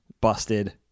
busted